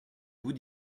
vous